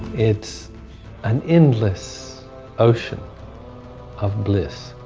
it's an endless ocean of bliss.